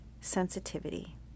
sensitivity